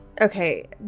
Okay